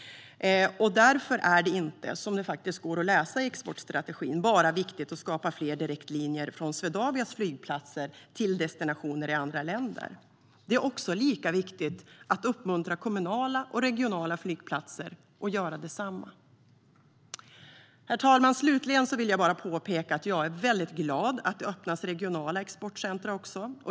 Därför är det inte, som det går att läsa i exportstrategin, bara viktigt att skapa fler direktlinjer från Swedavias flygplatser till destinationer i andra länder. Det är lika viktigt att uppmuntra kommunala och regionala flygplatser att göra detsamma. Herr talman! Slutligen vill jag bara påpeka att jag är väldigt glad för att det öppnas regionala exportcentrum.